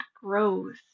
grows